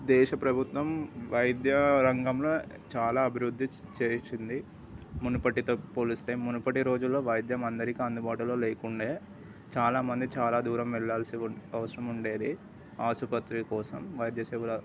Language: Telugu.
దేశ ప్రభుత్వం వైద్యరంగంలో చాలా అభివృద్ధి చేసింది మునపటితో పోలిస్తే మునపటి రోజుల్లో వైధ్యం అందరికీ అందుబాటులో లేకుండే చాలామంది చాలా దూరం వెళ్లాల్సి అవసరం ఉండేది ఆసుపత్రి కోసం వైద్యసేవల